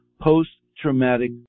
post-traumatic